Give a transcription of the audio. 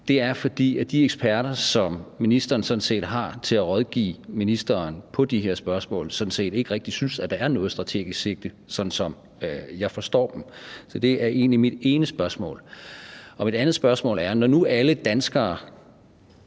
spørger, er, at de eksperter, som ministeren har til at rådgive sig om de her spørgsmål, sådan set ikke rigtig synes, at der er noget strategisk sigte, sådan som jeg forstår dem. Det er egentlig mit ene spørgsmål. Mit andet spørgsmål er: Når nu alle danskere,